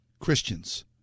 Christians